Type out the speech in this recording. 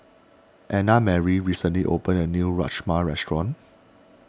Annamarie recently opened a new Rajma restaurant